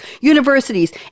universities